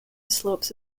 slopes